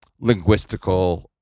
linguistical